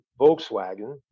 Volkswagen